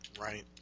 Right